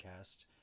podcast